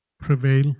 prevail